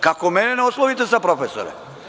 Kako mene ne oslovite sa „profesore“